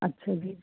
ਅੱਛਾ ਜੀ